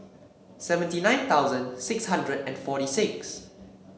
seventy nine thousand six hundred and forty six